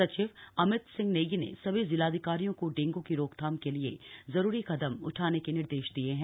सचिव अमित सिंह नेगी ने सभी जिलाधिकारियों को डेंगू की रोकथाम के लिए जरूरी कदम उठाने के निर्देश दिये हैं